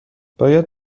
باید